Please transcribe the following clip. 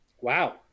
wow